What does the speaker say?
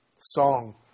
song